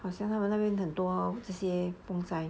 好像他们那边很多这些路灾